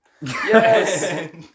yes